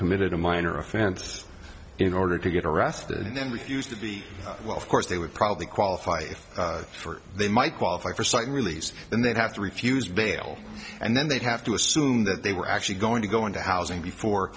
committed a minor offense in order to get arrested and then refused to be well of course they would probably qualify for it they might qualify for certain release and they'd have to refuse bail and then they'd have to assume that they were actually going to go into housing before